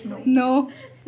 नौ